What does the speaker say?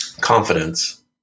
confidence